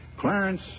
Clarence